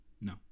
No